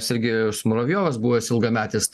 sergėjus muravjovas buvęs ilgametis